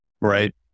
Right